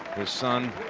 his son.